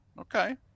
Okay